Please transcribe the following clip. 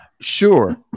sure